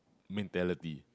mentality